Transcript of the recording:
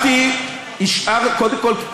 קודם כול,